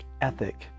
ethic